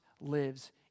lives